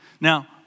Now